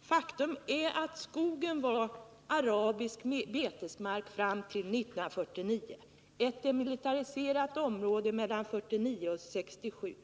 Faktum är att skogsområdet var arabisk betesmark fram till 1949 och ett demilitariserat område mellan 1949 och 1967.